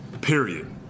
Period